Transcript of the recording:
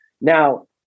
Now